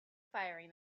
firing